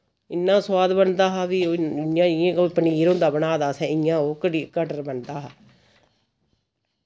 इन्ना सोआद बनदा हा फ्ही ओ इय्यां जि'यां कोई पनीर होंदा बनादा असैं इय्यां ओह् कटी कटर बनदा हा